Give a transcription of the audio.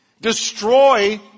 destroy